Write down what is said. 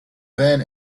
van